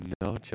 No